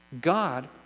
God